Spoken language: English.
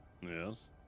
Yes